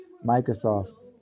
Microsoft